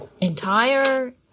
entire